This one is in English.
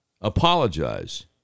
apologize